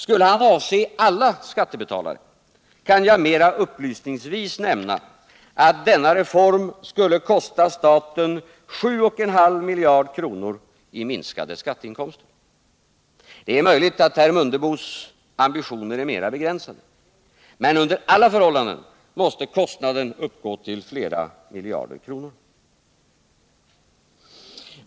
Skulle han avse alla skattebetalare, kan jag mera upplysningsvis nämna att denna reform skulle kosta staten 7,5 miljarder kronor i minskade skatteinkomster. Det är möjligt att herr Mundebos ambitioner är mera begränsade. Men under alla förhållanden måste kostnaden uppgå till flera miljarder kronor.